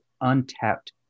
untapped